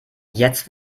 jetzt